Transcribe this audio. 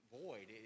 void